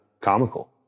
comical